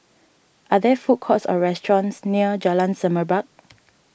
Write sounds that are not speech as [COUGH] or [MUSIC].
are there food courts or restaurants near Jalan Semerbak [NOISE]